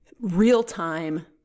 real-time